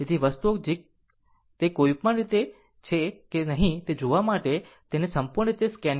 તેથી વસ્તુઓ તે કોઈપણ રીતે છે કે નહીં તે જોવા માટે તેને સંપૂર્ણ રીતે સ્કેન કર્યું છે